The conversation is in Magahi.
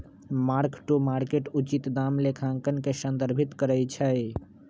मार्क टू मार्केट उचित दाम लेखांकन के संदर्भित करइ छै